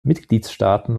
mitgliedstaaten